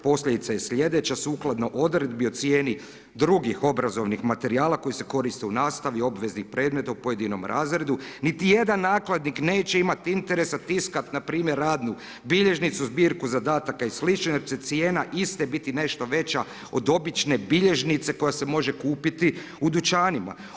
Posljedica je sljedeća, sukladno odredbi o cijeni drugih obrazovnih materijala koji se koriste u nastavi, obveznih predmeta u pojedinom razredu niti jedan nakladnik neće imati interesa tiskati npr. radnu bilježnicu, zbirku zadataka i slično jer će cijena iste biti nešto veća od obične bilježnice koja se može kupiti u dućanima.